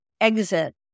exit